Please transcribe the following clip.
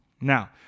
Now